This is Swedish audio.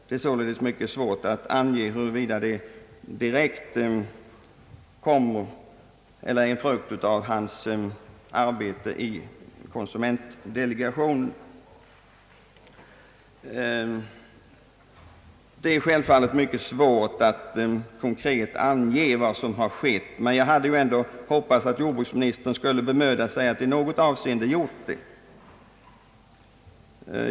Det är således mycket svårt att ange, huruvida denna verksamhet direkt är en frukt av hans arbete i konsumentdelegationen. Det är självfallet mycket svårt att konkret ange vad som har uträttats, men jag hade ändå hoppats att jordbruksministern skulle bemöda sig att i något avseende göra det.